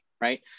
right